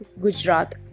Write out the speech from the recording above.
Gujarat